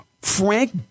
Frank